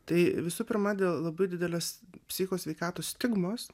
tai visų pirma dėl labai didelės psicho sveikatos stigmos